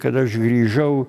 kad aš grįžau